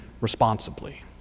responsibly